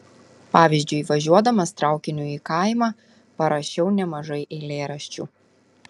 pavyzdžiui važiuodamas traukiniu į kaimą parašiau nemažai eilėraščių